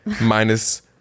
minus